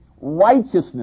righteousness